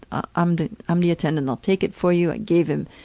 i'm the i'm the attendant, i'll take it for you. i gave him,